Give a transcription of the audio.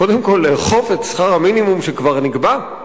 קודם כול לאכוף את שכר המינימום שכבר נקבע.